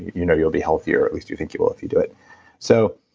you know you'll be healthier. at least you think you will if you do it so,